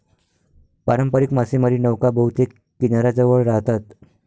पारंपारिक मासेमारी नौका बहुतेक किनाऱ्याजवळ राहतात